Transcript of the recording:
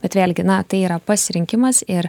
bet vėlgi na tai yra pasirinkimas ir